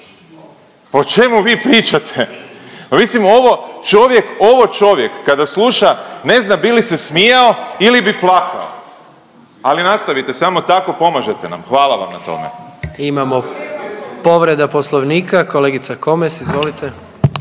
mislim ovo čovjek ovo čovjek kada sluša ne zna bi li se smijao ili bi plakao. Ali nastavite samo tako pomažete nam. Hvala vam na tome. **Jandroković, Gordan (HDZ)** Imamo povreda poslovnika kolegica Komes, izvolite.